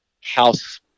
house